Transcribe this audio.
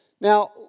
Now